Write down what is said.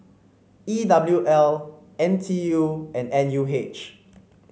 E W L N T U and N U H